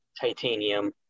titanium